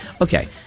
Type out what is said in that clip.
Okay